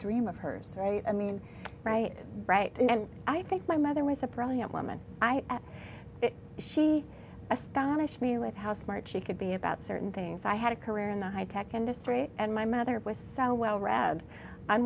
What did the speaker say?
dream of hers right i mean right and i think my mother was a brilliant woman she astonished me with how smart she could be about certain things i had a career in the high tech industry and my mother was so well read